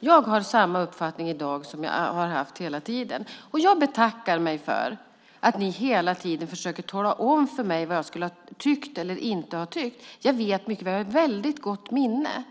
Jag har samma uppfattning i dag som jag har haft hela tiden. Jag betackar mig för att ni hela tiden försöker tala om för mig vad jag har tyckt eller inte har tyckt. Jag vet det väldigt väl. Jag har väldigt gott minne.